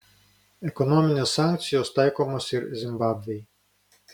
ekonominės sankcijos taikomos ir zimbabvei